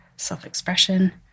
self-expression